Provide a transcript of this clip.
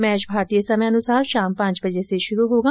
match भारतीय समय के अनुसार शाम पांच बजे से शुरू होगा